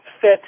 fit